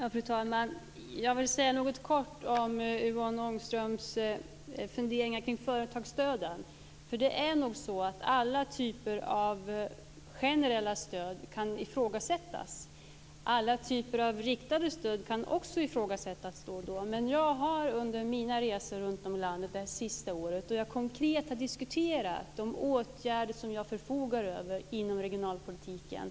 Fru talman! Jag vill säga något kort om Yvonne Ångströms funderingar kring företagsstöden. Alla typer av generella stöd och riktade stöd kan ifrågasättas. Under mina resor runtom i landet under det senaste året har jag konkret diskuterat de åtgärder som jag förfogar över inom regionalpolitiken.